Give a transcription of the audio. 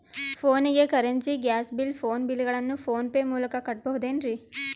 ಫೋನಿಗೆ currency, gas bill, phone bill ಗಳನ್ನು PhonePe ಮೂಲಕ ಕಟ್ಟಬಹುದೇನ್ರಿ?